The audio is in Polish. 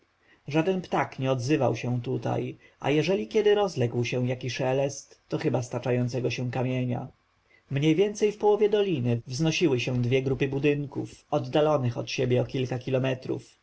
żaden ptak nie odzywał się tutaj a jeżeli kiedy rozległ się jaki szelest to chyba staczającego się kamienia mniej więcej w połowie doliny wznosiły się dwie grupy budynków oddalonych od siebie o kilka kilometrów